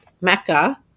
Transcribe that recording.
Mecca